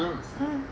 uh